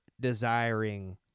desiring